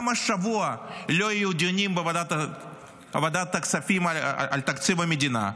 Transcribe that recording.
גם השבוע לא יהיו דיונים בוועדת הכספים על תקציב המדינה.